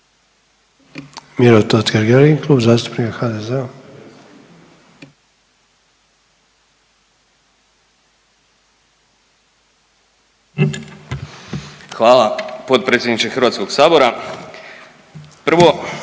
vam potpredsjedniče Hrvatskoga sabora. Uvažene